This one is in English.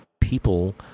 people